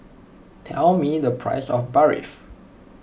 tell me the price of Barfi